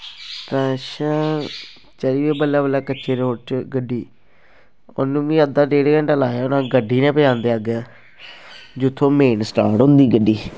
अच्छा चली पेई बल्लें बल्लें कच्चै रोड़ च गड्डी उन्नै मिगी अद्ध डेढ घैंटा लाया मिगी उन्नै गड्डी ने अग्गें पज़ांदे जित्थूं मेन स्टार्ट होंदी गड्डी